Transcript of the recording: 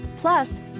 Plus